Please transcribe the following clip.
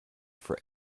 for